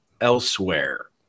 elsewhere